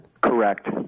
Correct